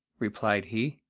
replied he,